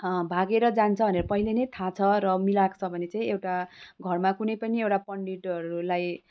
भागेर जान्छ भनेर पहिल्यै नै थाह छ र मिलाएको छ भने चाहिँ एउटा घरमा कुनै पनि एउटा पण्डितहरूलाई